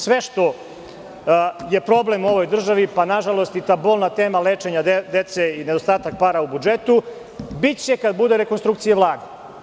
Sve što je problem u ovoj državi, pa nažalost i ta bolna tema lečenja dece i nedostatak para u budžetu, biće kada bude rekonstrukcija Vlade.